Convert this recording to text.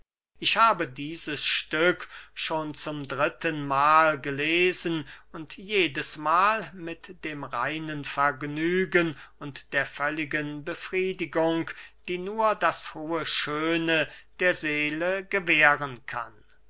ich habe dieses stück schon zum dritten mahl gelesen und jedes mahl mit dem reinen vergnügen und der völligen befriedigung die nur das hohe schöne der seele gewähren kann